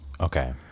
Okay